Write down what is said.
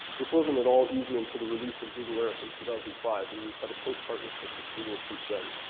this wasn't at all easy until the release of google earth in two thousand and five. and we've had a close partnership with google since then.